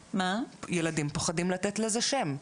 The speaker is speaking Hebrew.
ילדים פוחדים לתת לזה שם.